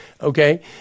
okay